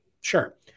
Sure